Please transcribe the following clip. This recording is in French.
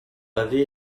avait